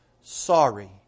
sorry